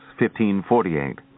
1548